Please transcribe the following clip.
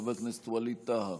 חבר הכנסת ווליד טאהא,